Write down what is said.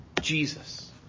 Jesus